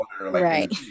Right